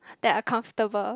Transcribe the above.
that are comfortable